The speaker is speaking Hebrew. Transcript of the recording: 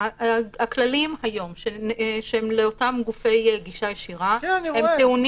הכללים היום לגבי אותם גופי גישה ישירה טעונים